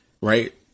right